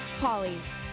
Polly's